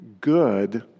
good